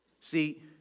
See